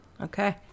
Okay